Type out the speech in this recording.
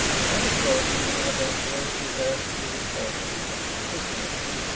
another clause in the abba's will deserves to be recorded, from its pithiness